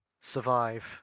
survive